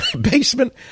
basement